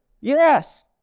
Yes